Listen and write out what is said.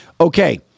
okay